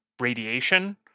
radiation